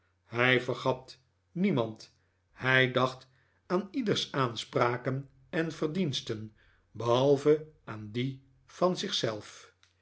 hij vergat niemand hij dacht aan ieders aanspraken en verdiensten behalve aan die van